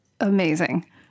Amazing